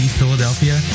Philadelphia